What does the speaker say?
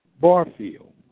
Barfield